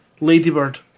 Ladybird